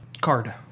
card